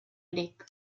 grec